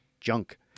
junk